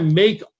make